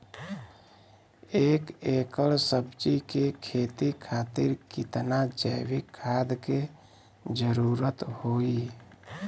एक एकड़ सब्जी के खेती खातिर कितना जैविक खाद के जरूरत होई?